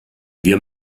wir